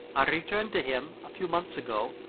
i returned to him, a few months ago,